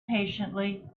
patiently